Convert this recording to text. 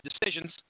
decisions